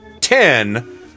ten